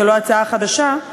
זו לא הצעה חדשה,